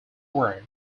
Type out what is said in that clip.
word